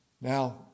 Now